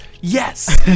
yes